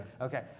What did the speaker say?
Okay